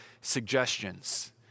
suggestions